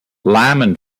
lyman